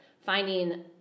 finding